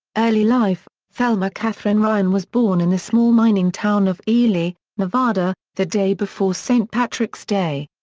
early life thelma catherine ryan was born in the small mining town of ely, nevada, the day before saint patrick's day.